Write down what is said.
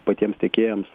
patiems tiekėjams